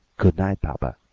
good night, papa,